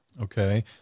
okay